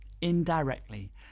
indirectly